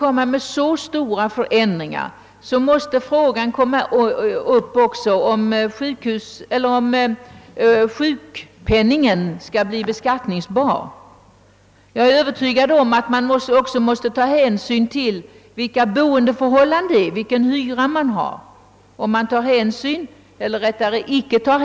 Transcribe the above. Om så stora förändringar genomförs måste enligt min mening också frågan huruvida sjukpenningen skall vara beskattningsbar tas upp. Jag är vidare övertygad om att hänsyn måste tas till boendeförhållandena och till vilken hyra vederbörande betalar.